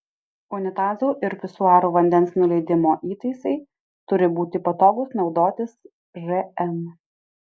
unitazų ir pisuarų vandens nuleidimo įtaisai turi būti patogūs naudotis žn